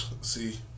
See